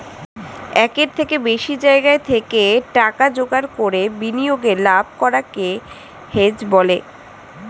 একের থেকে বেশি জায়গা থেকে টাকা জোগাড় করে বিনিয়োগে লাভ করাকে হেজ বলে